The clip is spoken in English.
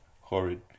horrid